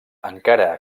encara